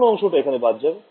কোন অংশটা এখানে বাদ যাবে